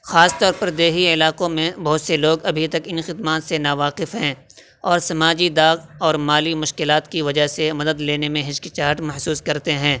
خاص طور پر دیہی علاقوں میں بہت سے لوگ ابھی تک ان خدمات سے ناواقف ہیں اور سماجی داغ اور مالی مشکلات کی وجہ سے مدد لینے میں ہچکچاہٹ محسوس کرتے ہیں